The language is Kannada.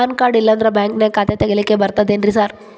ಪಾನ್ ಕಾರ್ಡ್ ಇಲ್ಲಂದ್ರ ಬ್ಯಾಂಕಿನ್ಯಾಗ ಖಾತೆ ತೆಗೆಲಿಕ್ಕಿ ಬರ್ತಾದೇನ್ರಿ ಸಾರ್?